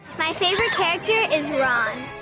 my favorite character is ron.